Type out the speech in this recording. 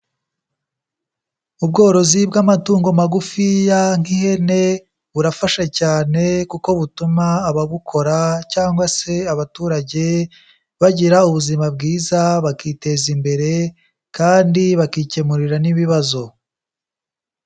Ubworozi bw'amatungo magufi nk'ihene burafasha cyane kuko butuma ababukora cyangwa se abaturage bagira ubuzima bwiza bakiteza imbere kandi bakikemurira n'ibibazo.